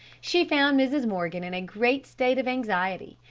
she found mrs. morgan in a great state of anxiety,